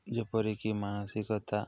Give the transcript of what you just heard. ଯେପରିକି ମାନସିକତା